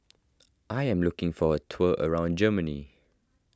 I am looking for a tour around Germany